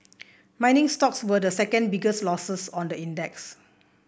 mining stocks were the second biggest losers on the index